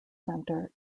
center